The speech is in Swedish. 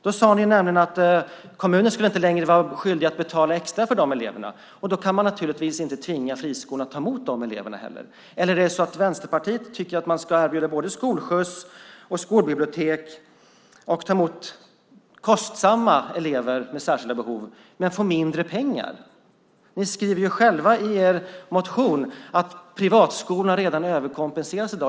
Då sade ni nämligen att kommunen inte längre skulle vara skyldig att betala extra för de eleverna. Då kan man naturligtvis inte tvinga friskolorna att ta emot de eleverna. Eller tycker Vänsterpartiet att man ska erbjuda skolskjuts och skolbibliotek och ta emot kostsamma elever med särskilda behov och få mindre pengar? Ni skriver själva i er motion att privatskolorna redan i dag överkompenseras.